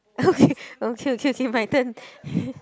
okay okay okay okay my turn